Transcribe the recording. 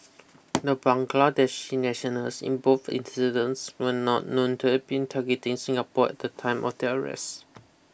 the Bangladeshi nationals in both incidents were not known to have been targeting Singapore at the time of their arrests